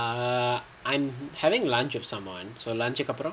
ya err I'm having lunch with someone so lunch கு அப்புறம்:ku appuram